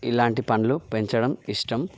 ఇలాంటి పండ్లు పెంచడం ఇష్టం